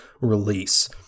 release